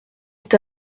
est